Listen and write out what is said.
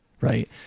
right